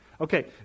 Okay